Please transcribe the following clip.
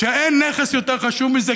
ואין נכס יותר חשוב מזה,